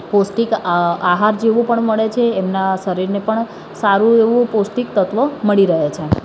પૌષ્ટિક આ આહાર જેવું પણ મળે છે એમના શરીરને પણ સારું એવું પૌષ્ટિક તત્ત્વો મળી રહે છે